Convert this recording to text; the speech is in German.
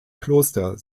kloster